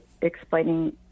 explaining